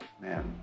Man